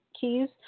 keys